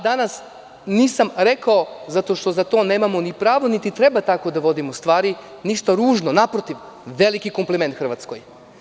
Danas nisam rekao, zato što za to nemamo ni pravo, niti treba tako da vodimo stvari, ništa ružno, naprotiv, veliki kompliment Hrvatskoj.